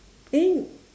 then